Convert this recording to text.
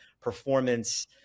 performance